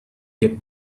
get